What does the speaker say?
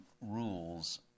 rules